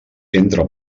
entra